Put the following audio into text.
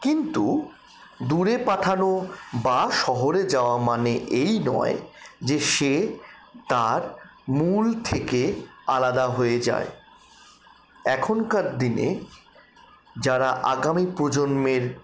কিন্তু দূরে পাঠানো বা শহরে যাওয়া মানে এই নয় যে সে তার মূল থেকে আলাদা হয়ে যায় এখনকার দিনে যারা আগামী প্রজন্মের